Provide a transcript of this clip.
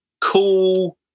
cool